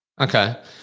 okay